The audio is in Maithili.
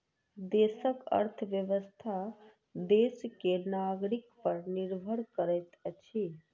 देशक अर्थव्यवस्था देश के नागरिक पर निर्भर करैत अछि